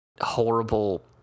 horrible